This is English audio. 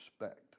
respect